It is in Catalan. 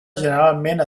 generalment